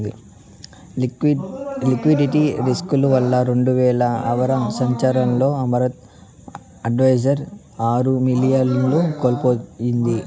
liquidity risk వల్ల రెండువేల ఆరవ సంవచ్చరంలో అమరత్ అడ్వైజర్స్ ఆరు మిలియన్లను కోల్పోయింది